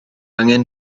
angen